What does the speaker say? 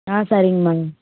ஆ சரிங்கம்மா